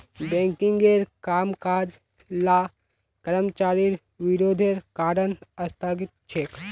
बैंकिंगेर कामकाज ला कर्मचारिर विरोधेर कारण स्थगित छेक